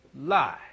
lie